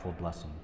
blessing